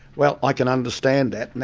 well i can understand that,